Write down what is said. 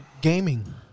gaming